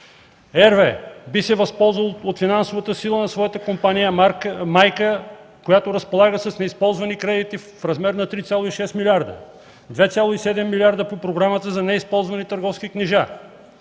RWE би се възползвало от финансовата сила на своята компания майка, която разполага с неизползвани кредити в размер на 3,6 милиарда – 2,7 милиарда по програмата за неизползвани търговски книжа,